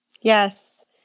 Yes